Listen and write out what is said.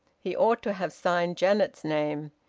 he ought to have signed janet's name.